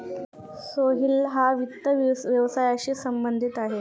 सोहेल हा वित्त व्यवसायाशी संबंधित आहे